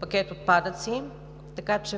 пакет „Отпадъци“.